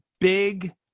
big